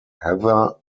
heather